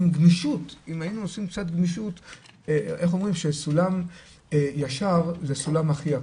עם גמישות אומרים שסולם ישר הוא הסולם הכי עקום.